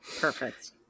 perfect